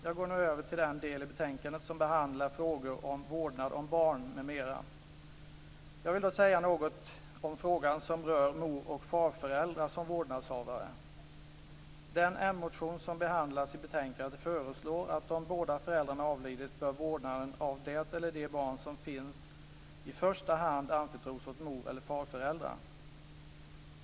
Jag går nu över till den del i betänkandet som behandlar frågor om vårdnad om barn m.m. Jag vill då säga något om frågan som rör moroch farföräldrar som vårdnadshavare. Den m-motion som behandlas i betänkandet föreslår att om båda föräldrarna avlidit bör vårdnaden av det eller de barn som finns i första hand anförtros åt mor eller farföräldrar.